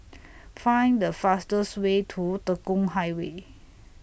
Find The fastest Way to Tekong Highway